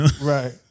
Right